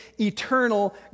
eternal